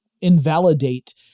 invalidate